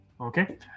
Okay